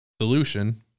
solution